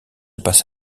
passe